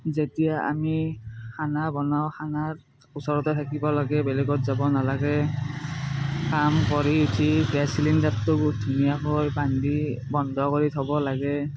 যেতিয়া আমি খানা বনাও খানাৰ ওচৰতে থাকিব লাগে বেলেগত যাব নালাগে কাম কৰি উঠি গেছ চিলিণ্ডাৰটো ধুনীয়াকৈ বান্ধি বন্ধ কৰি থ'ব লাগে